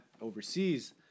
overseas